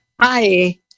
Hi